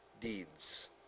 deeds